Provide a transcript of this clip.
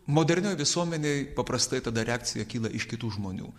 modernioj visuomenėj paprastai tada reakcija kyla iš kitų žmonių